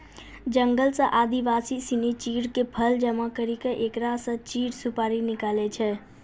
जंगल सॅ आदिवासी सिनि चीड़ के फल जमा करी क एकरा स चीड़ सुपारी निकालै छै